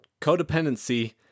codependency